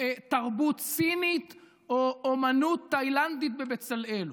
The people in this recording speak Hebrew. תרבות סינית או אומנות תאילנדית בבצלאל,